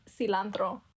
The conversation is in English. cilantro